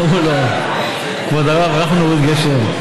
אמרו לו: כבוד הרב, אנחנו נוריד גשם?